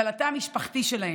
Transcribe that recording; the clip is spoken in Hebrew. ועל התא במשפחתי שלהם.